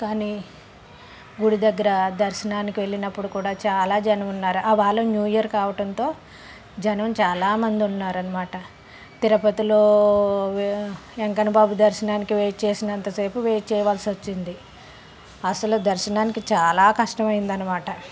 కానీ గుడి దగ్గర దర్శనానికి వెళ్ళినప్పుడు కూడా చాలా జనం ఉన్నారు అవాల న్యూ ఇయర్ కావటంతో జనం చాలామంది ఉన్నారు అన్నమాట తిరుపతిలో వె వెంకన్న బాబు దర్శనానికి వెయిట్ చేసినంతసేపు వెయిట్ చేయవలసి వచ్చింది అసలు దర్శనానికి చాలా కష్టం అయింది అన్నమాట